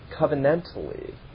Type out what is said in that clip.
covenantally